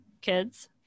kids